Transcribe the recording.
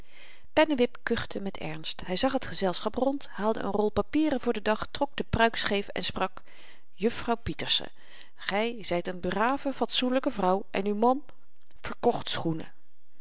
pennewip kuchte met ernst hy zag t gezelschap rond haalde een rol papieren voor den dag trok de pruik scheef en sprak juffrouw pieterse gy zyt een brave fatsoenlyke vrouw en uw man verkocht schoenen